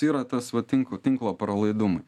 yra tas va tin tinklo pralaidumai